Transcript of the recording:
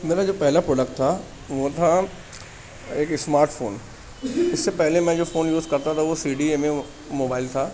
میرا جو پہلا پروڈکٹ تھا وہ تھا ایک اسمارٹ فون اس سے پہلے میں جو فون یوز کرتا تھا وہ C D M A mobile تھا